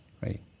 right